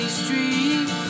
street